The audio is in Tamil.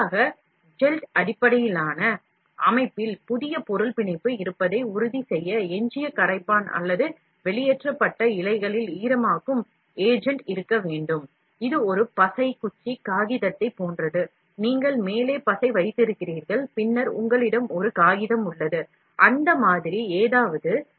மாற்றாக ஜெல்ட் அடிப்படையிலான அமைப்பில் புதிய பொருள் பிணைப்பு இருப்பதை உறுதிசெய்ய எஞ்சிய கரைப்பான் அல்லது வெளியேற்றப்பட்ட இழைகளில் ஈரமாக்கும் ஏஜென்ட் இருக்க வேண்டும் இது ஒரு பசை குச்சி காகிதத்தைப் போன்றது நீங்கள் மேலே பசை வைத்திருக்கிறீர்கள் பின்னர் உங்களிடம் ஒரு காகிதம் உள்ளது அந்த மாதிரி ஏதாவது